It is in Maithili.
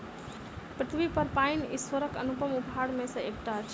पृथ्वीपर पाइन ईश्वरक अनुपम उपहार मे सॅ एकटा अछि